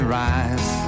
rise